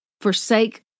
forsake